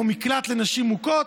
או מקלט לנשים מוכות,